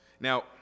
Now